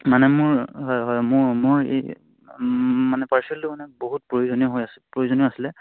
মানে মোৰ হয় হয় মোৰ মোৰ এই মানে পাৰ্চেলটো মানে বহুত প্ৰয়োজনীয় হৈ আছে প্ৰয়োজনীয় আছিলে